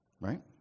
Right